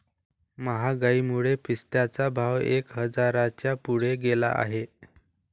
महागाईमुळे पिस्त्याचा भाव एक हजाराच्या पुढे गेला आहे